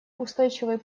устойчивый